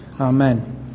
Amen